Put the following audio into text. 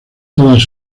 todas